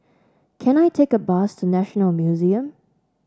can I take a bus to National Museum